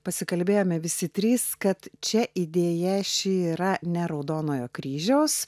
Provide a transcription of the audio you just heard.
pasikalbėjome visi trys kad čia idėja šį yra ne raudonojo kryžiaus